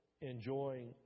Enjoying